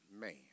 man